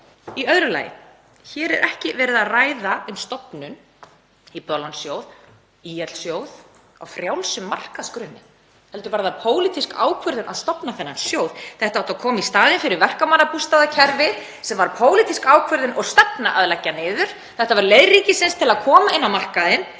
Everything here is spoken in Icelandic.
Í öðru lagi: Hér er ekki verið að ræða um stofnun, Íbúðalánasjóð, ÍL-sjóð, á frjálsum markaðsgrunni heldur var það pólitísk ákvörðun að stofna þennan sjóð. Þetta átti að koma í staðinn fyrir verkamannabústaðakerfið, sem var pólitísk ákvörðun og stefna að leggja niður. Þetta var leið ríkisins til að koma inn á markaðinn